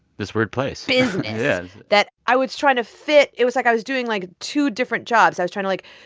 this weird place, yeah. business yeah that i was trying to fit it was like i was doing, like, two different jobs. i was trying to, like,